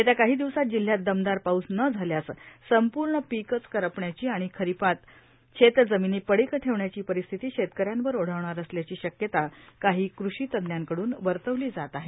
येत्या काही दिवसात जिल्ह्यात दमदार पाऊस न झाल्यास संपूर्ण पीकच करपण्याची आणि खरीपात शेतजमिनी पशिक ठेवण्याची परिस्थिती शेतकऱ्यांवर ओढावणार असल्याची शक्यता काही कृषी तज्ज्ञांक न वर्तविली जात आहे